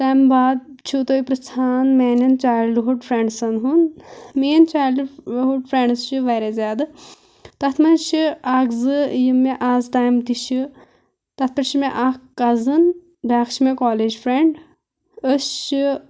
تَمہِ بعد چھُو تُہۍ پِرٛژھان میٛانٮ۪ن چایلڈٕ ہُڈ فرٛٮ۪نٛڈسَن ہُنٛد میٛٲنۍ چایلڈٕ ہُڈ فرٛٮ۪نٛڈٕس چھِ واریاہ زیادٕ تَتھ منٛز چھِ اَکھ زٕ یِم مےٚ آز تام تہِ چھِ تَتھ پٮ۪ٹھ چھِ مےٚ اَکھ کَزٕن بیٛاکھ چھِ مےٚ کالیج فرٛٮ۪نٛڈ أسۍ چھِ